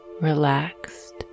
relaxed